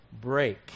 break